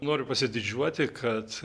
noriu pasididžiuoti kad